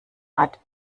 art